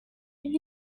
hell